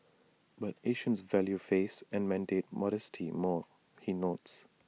but Asians value face and mandate modesty more he notes